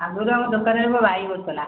ଆଗରୁ ଆମ ଦୋକାନରେ ମୋ ଭାଇ ବସୁଥିଲା